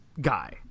guy